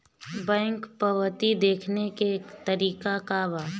Bank पवती देखने के का तरीका बा?